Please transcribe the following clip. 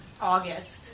August